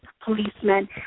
policemen